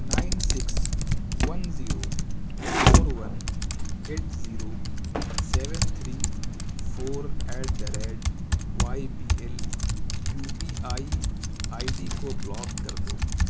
nine six one zero four one eight zero seven three four at the rate Y B L U P I I D کو block کر دو